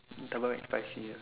double McSpicy meal